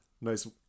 Nice